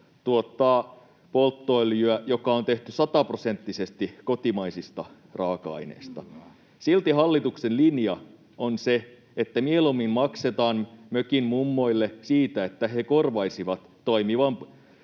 tuottaa polttoöljyä, joka on tehty sataprosenttisesti kotimaisista raaka-aineista. Silti hallituksen linja on se, että mieluummin maksetaan mökinmummoille siitä, että he korvaisivat toimivan